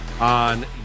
on